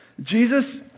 Jesus